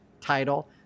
title